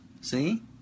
see